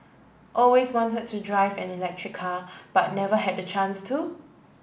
always wanted to drive an electric car but never had the chance to